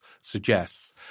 suggests